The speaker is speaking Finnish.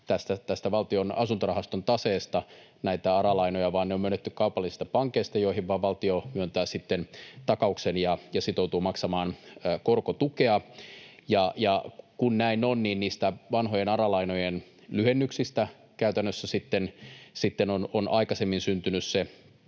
tästä Valtion asuntorahaston taseesta näitä ARA-lainoja vaan ne on myönnetty kaupallisista pankeista, joihin valtio vain myöntää sitten takauksen ja sitoutuu maksamaan korkotukea. Ja kun näin on, niin niistä vanhojen ARA-lainojen lyhennyksistä käytännössä sitten on aikaisemmin syntynyt se